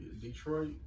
Detroit